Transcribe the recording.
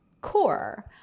core